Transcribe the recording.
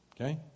okay